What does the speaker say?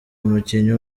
umukinnyi